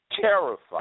terrified